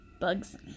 Bugs